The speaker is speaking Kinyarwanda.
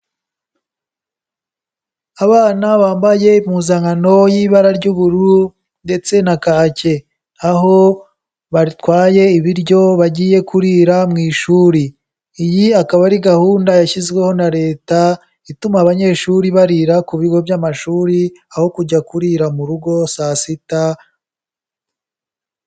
Abana bambaye impuzankano y'ibara ry'ubururu ndetse na kake aho batwaye ibiryo bagiye kurira mu ishuri, iyi ikaba ari gahunda yashyizweho na leta ituma abanyeshuri barira ku bigo by'amashuri aho kujya kurira mu rugo saa sita.